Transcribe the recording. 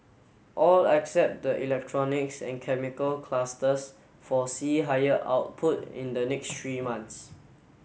all except the electronics and chemical clusters foresee higher output in the next three months